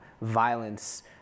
violence